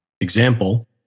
Example